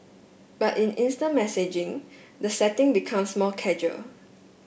but in instant messaging the setting becomes more casual